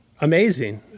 Amazing